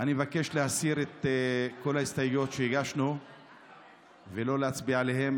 אני מבקש להסיר את כל ההסתייגויות שהגשנו ולא להצביע עליהן.